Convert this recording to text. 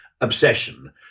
obsession